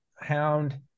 hound